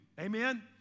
amen